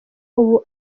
ubu